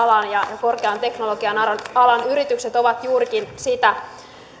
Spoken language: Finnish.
alan ja korkean teknologian alan alan yritykset ovat juurikin sitä